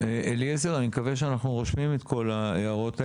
אני מקווה שאנחנו רושמים את כל ההערות האלה.